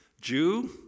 Jew